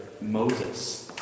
Moses